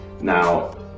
Now